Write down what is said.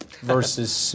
versus